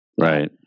Right